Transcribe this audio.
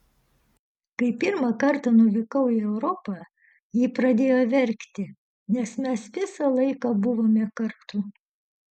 kai pirmą kartą nuvykau į europą ji pradėjo verkti nes mes visą laiką buvome kartu